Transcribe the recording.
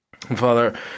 Father